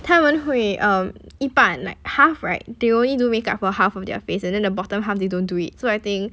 他们会 um 一半 like half right they only do makeup for half of their face and then the bottom half they don't do it so I think